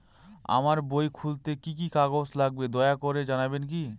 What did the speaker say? আমার বই খুলতে কি কি কাগজ লাগবে দয়া করে জানাবেন কি?